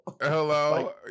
Hello